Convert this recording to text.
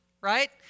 right